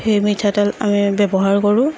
সেই মিঠাতেল আমি ব্যৱহাৰ কৰোঁ